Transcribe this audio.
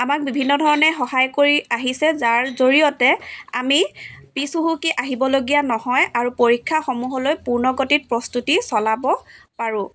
আমাক বিভিন্ন ধৰণে সহায় কৰি আহিছে যাৰ জৰিয়তে আমি পিছহুঁহুকি আহিবলগীয়া নহয় আৰু পৰীক্ষা সমূহলৈ পুৰ্নগতিত প্ৰস্তুতি চলাব পাৰোঁ